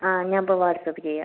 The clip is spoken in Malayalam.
ആ ഞാൻ ഇപ്പോൾ വാട്സപ്പ് ചെയ്യാം